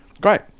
Great